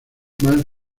más